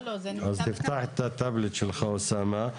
אז תפתח את הטאבלט שלך, אוסאמה.